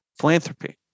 philanthropy